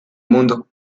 mundo